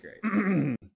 great